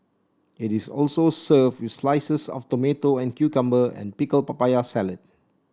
it is also served with slices of tomato and cucumber and pickle papaya salad